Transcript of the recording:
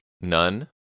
None